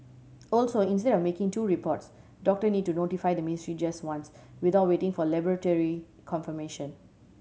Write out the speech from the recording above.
also instead of making two reports doctor need to notify the ministry just once without waiting for laboratory confirmation